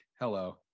hello